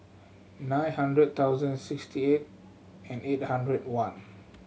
nine hundred thousand sixty eight and eight hundred one